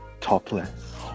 topless